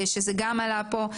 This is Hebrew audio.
שגם עלה פה,